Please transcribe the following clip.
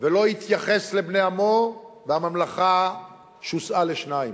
ולא התייחס לבני עמו, והממלכה שוסעה לשניים.